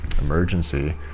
emergency